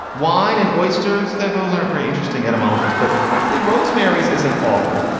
wine and oysters that those aren't very interesting etymology but frankly rosemary's isn't awful.